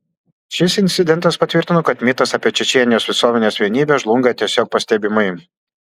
šis incidentas patvirtino kad mitas apie čečėnijos visuomenės vienybę žlunga tiesiog pastebimai